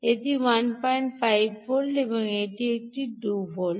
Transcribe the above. এটি 15 ভোল্ট এবং এটি একটি 2 ভোল্ট